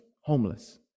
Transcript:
homeless